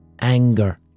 ...anger